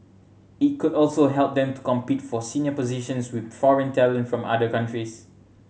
it could also help them to compete for senior positions with foreign talent from other countries